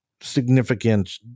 significant